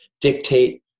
dictate